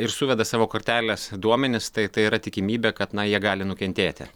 ir suveda savo kortelės duomenis tai tai yra tikimybė kad na jie gali nukentėti